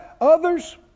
others